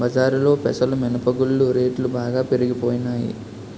బజారులో పెసలు మినప గుళ్ళు రేట్లు బాగా పెరిగిపోనాయి